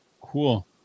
Cool